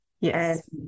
Yes